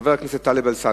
חבר הכנסת טלב אלסאנע?